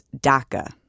DACA